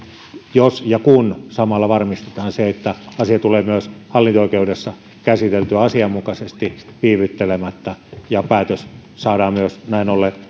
jos ja kun samalla varmistetaan se että asia tulee myös hallinto oikeudessa käsiteltyä asianmukaisesti viivyttelemättä ja päätös saadaan näin ollen